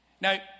Now